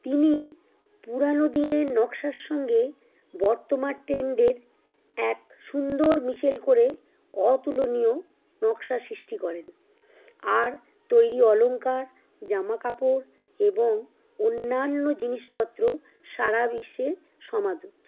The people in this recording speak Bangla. তিনি পুরানো দিনের নকশার সঙ্গে বর্তমান ট্রেন্ডের এক সুন্দর মিশেল করে অতুলনীয় নকশা সৃষ্টি করেন আর তৈরি অলংকার জামা কাপড় এবং অন্যান্য জিনিসপত্র সারা বিশ্বে সমাদৃত